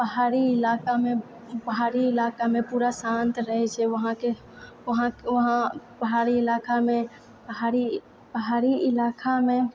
पहाड़ी ईलाकामे पहाड़ी ईलाकामे पूरा शान्त रहै छै वहाँके वहाँ वहाँ पहाड़ी ईलाकामे पहाड़ी पहाड़ी ईलाकामे